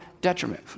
detriment